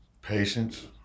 Patience